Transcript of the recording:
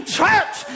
church